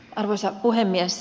arvoisa puhemies